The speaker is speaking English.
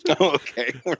Okay